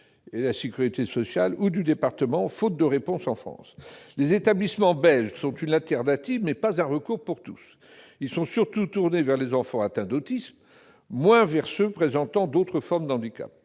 public- sécurité sociale ou département -, faute de réponses en France. Les établissements belges sont une alternative, mais ne constituent pas un recours pour tous ; ils sont principalement tournés vers les enfants atteints d'autisme, moins vers ceux qui présentent d'autres formes de handicap.